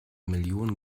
millionen